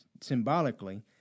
symbolically